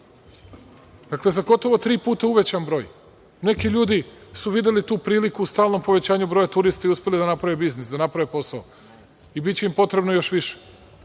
Dakle, za gotovo tri puta uvećan broj. Neki ljudi su videli tu priliku, u stalnom povećanju broja turista i uspeli da naprave posao. Biće im potrebno još više. Vi